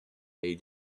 they